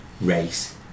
race